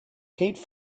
kate